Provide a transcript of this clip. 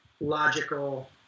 logical